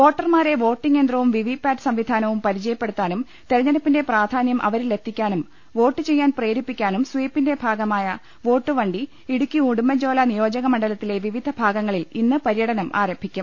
വോട്ടർമാരെ വോട്ടിങ് യന്ത്രവും വിവിപാറ്റ് സംവിധാനവും പരി ചയപ്പെടുത്താനും തെരഞ്ഞെടുപ്പിന്റെ പ്രാധാന്യം അവരിലെത്തി ക്കാനും വോട്ട് ചെയ്യാൻ പ്രേരിപ്പിക്കാനും സ്വീപിന്റെ ഭാഗമായ വോട്ടുവണ്ടി ഇടുക്കി ഉടുമ്പൻചോല നിയോജക് മണ്ഡലത്തിലെ വിവിധ ഭാഗങ്ങളിൽ ഇന്ന് പര്യടനം ആരംഭിക്കും